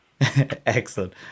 Excellent